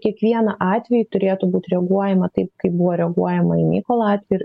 kiekvieną atvejį turėtų būti reaguojama taip kaip buvo reaguojama į mykolo atvejį ir